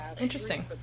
interesting